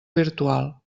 virtual